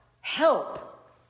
help